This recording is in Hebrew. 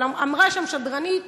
אמרה שם שדרנית